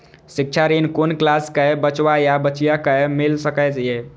शिक्षा ऋण कुन क्लास कै बचवा या बचिया कै मिल सके यै?